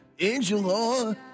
Angela